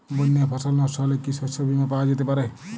বন্যায় ফসল নস্ট হলে কি শস্য বীমা পাওয়া যেতে পারে?